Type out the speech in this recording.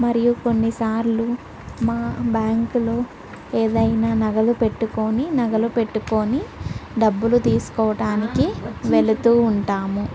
మరియు కొన్నిసార్లు మా బ్యాంకులో ఏదైనా నగలు పెట్టుకుని నగలు పెట్టుకుని డబ్బులు తీసుకోవడానికి వెళుతూ ఉంటాము